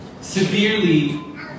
severely